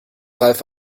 ralf